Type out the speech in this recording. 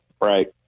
Right